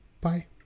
Bye